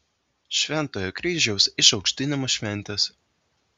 šventojo kryžiaus išaukštinimo šventės